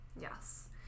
yes